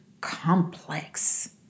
complex